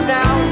now